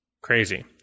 Crazy